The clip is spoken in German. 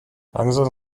langsam